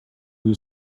bout